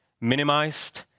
minimized